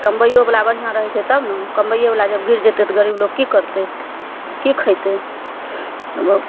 कमबैयोवला बढ़िआँ रहय छै तबने कमबैयोवला जब गिर जेतय तऽ गरीबलोक की करतय की खेतय ओ